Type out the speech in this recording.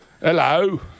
Hello